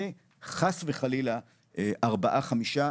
לחס וחלילה 4-5,